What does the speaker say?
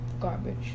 Garbage